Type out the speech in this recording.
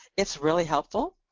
it's really helpful,